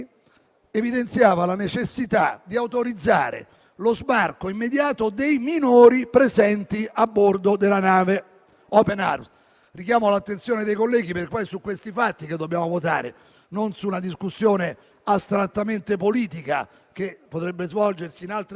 il Presidente del Consiglio indicava la necessità di far sbarcare i minori, con una lettera. Il ministro Salvini rispondeva a tale invito il 17 agosto (quindi le risposte erano immediate, da un giorno all'altro, ovviamente, considerate la delicatezza e l'attualità